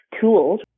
tools